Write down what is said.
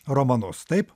romanus taip